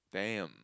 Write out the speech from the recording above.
damn